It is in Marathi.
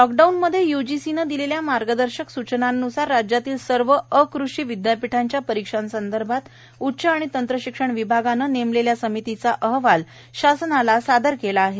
लॉकडाऊनमध्ये य्जीसीने दिलेल्या मार्गदर्शक सूचनांन्सार राज्यातील सर्व अकृषि विद्यापीठांच्या परीक्षेसंदर्भात उच्च व तंत्रशिक्षण विभागाने नेमलेल्या समितीचा अहवाल शासनाला सादर केला आहे